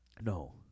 No